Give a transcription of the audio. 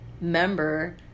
member